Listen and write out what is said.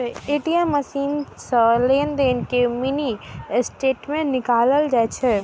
ATM machine सं लेनदेन के मिनी स्टेटमेंट निकालल जा सकै छै